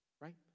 right